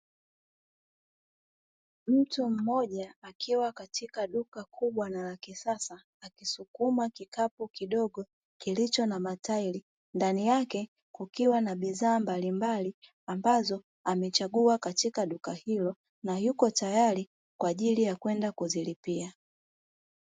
Mtu mmoja akiwa katika duka kubwa na la kisasa akisukuma kikapu kidogo kilicho na matairi, ndani yake kukiwa na bidhaa mbaimbali ambazo amechagua katika duka hilo, na yuko tayari kwa ajili ya kwenda kuzilipia.